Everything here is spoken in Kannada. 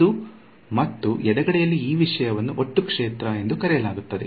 ಅದು ಮತ್ತು ಎಡಗಡೆಯಲ್ಲಿ ಈ ವಿಷಯವನ್ನು ಒಟ್ಟು ಕ್ಷೇತ್ರ ಎಂದು ಕರೆಯಲಾಗುತ್ತದೆ